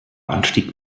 anstieg